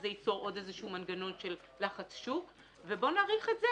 זה ייצור עוד איזשהו מנגנון של לחץ שוק ובוא נעריך את זה.